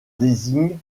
désigne